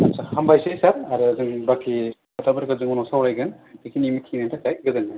आच्चा हामबायसै सार आरो जों बाकि खोथाफोरखौ जों उनाव सावरायगोन बेखिनिनि थाखाय गोजोन्थों